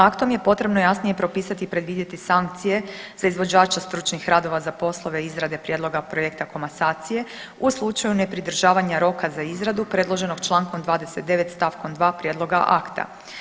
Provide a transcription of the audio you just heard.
Aktom je potrebno jasnije propisati i predvidjeti sankcije za izvođača stručnih radova za poslove izrade prijedloga projekta komasacije u slučaju nepridržavanja roka za izradu predloženog člankom 29. stavkom 2. prijedloga akta.